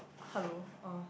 hello uh